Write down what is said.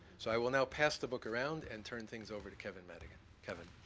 so i will now pass the buck around and turn things over to kevin madigan. kevin.